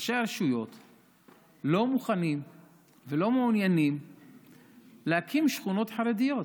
לא מוכנים ולא מעוניינים להקים שכונות חרדיות.